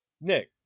Nick